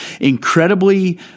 incredibly